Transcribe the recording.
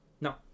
No